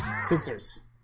Scissors